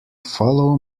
follow